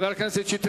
ותועבר לוועדת החוקה,